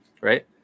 right